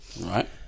Right